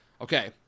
Okay